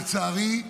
לצערי,